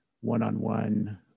one-on-one